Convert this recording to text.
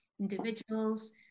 individuals